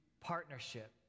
partnership